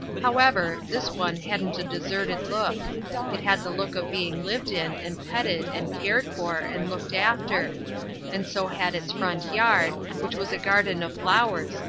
however, this one hadn't a deserted look it had the look of being lived in and petted and cared for and looked after and so had its front yard, which was a garden of flowers,